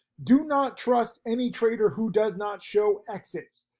do not trust any trader who does not show exits,